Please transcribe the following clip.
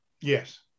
Yes